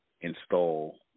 install